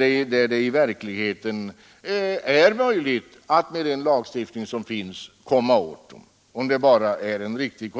I verkligheten är det dock möjligt att komma åt dem — med den lagstiftning som finns — om kontrollen bara är riktig.